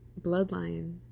bloodline